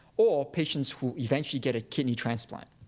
or patients who eventually get a kidney transplant.